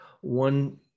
one